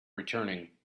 returning